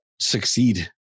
succeed